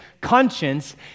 conscience